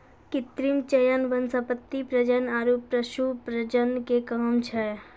कृत्रिम चयन वनस्पति प्रजनन आरु पशु प्रजनन के काम छै